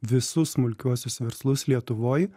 visus smulkiuosius verslus lietuvoj